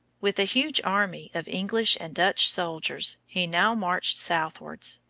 with a huge army of english and dutch soldiers he now marched southwards,